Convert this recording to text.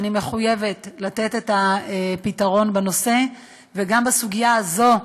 אני מחויבת לתת את הפתרון בנושא, וגם בסוגיה הזאת,